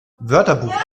wörterbuch